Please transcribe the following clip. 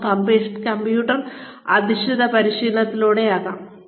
അത് കമ്പ്യൂട്ടർ അധിഷ്ഠിത പരിശീലനത്തിലൂടെയും ആകാം